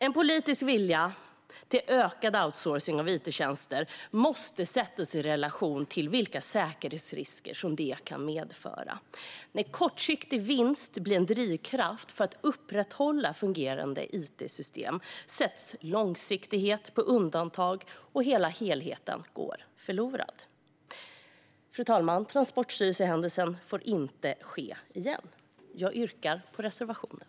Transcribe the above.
En politisk vilja till ökad outsourcing av it-tjänster måste sättas i relation till vilka säkerhetsrisker detta kan medföra. När kortsiktig vinst blir en drivkraft för att upprätthålla fungerande it-system sätts långsiktigheten på undantag, och helheten går förlorad. Fru talman! Transportstyrelsehändelsen får inte inträffa igen. Jag yrkar bifall till reservationen.